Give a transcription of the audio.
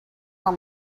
are